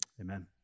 Amen